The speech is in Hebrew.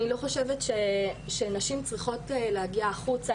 אני לא חושבת שנשים צריכות להגיע החוצה,